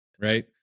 right